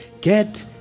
get